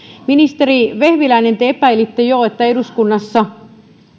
ministeri vehviläinen te epäilitte jo että eduskunnassa